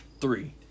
three